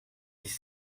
dix